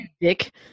dick